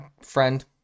friend